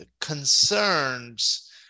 concerns